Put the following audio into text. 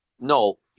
No